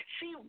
See